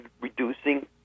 reducing